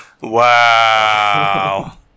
Wow